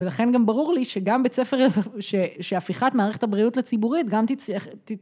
ולכן גם ברור לי שגם בית ספר, שהפיכת מערכת הבריאות לציבורית גם תצליח...